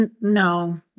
No